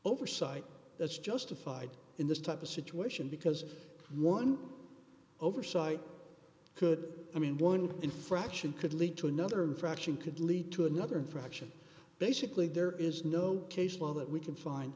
oversight that's justified in this type of situation because one oversight could i mean one infraction could lead to another infraction could lead to another infraction basically there is no case law that we can find